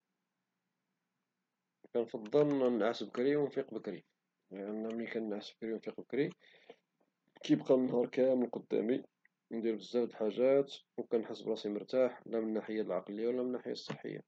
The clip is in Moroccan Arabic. كنفضل نعس بكري وونفيق بكري لأن من كنعس بكري ووفيق بكري كيبقى النهار كامل قدامك بش ندير بزاف د الحاجات وكنحس براسي مرتاح من الناحية العقلية ومن الناحية الصحية.